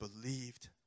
believed